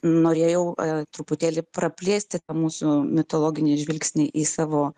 norėjau truputėlį praplėsti tą mūsų mitologinį žvilgsnį į savo